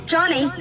Johnny